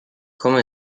come